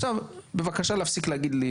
עכשיו, בבקשה, להפסיק להגיד לי